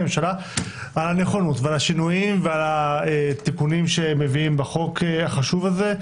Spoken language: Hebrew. על הנכונות ועל השינויים ועל התיקונים שמביאים בחוק החשוב זה.